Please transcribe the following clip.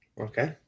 Okay